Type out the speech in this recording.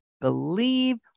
believe